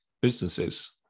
businesses